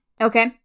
Okay